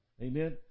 Amen